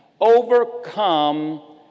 overcome